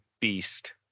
beast